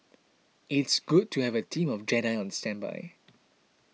it's good to have a team of Jedi on standby